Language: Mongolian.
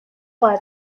гуай